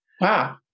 Wow